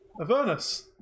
Avernus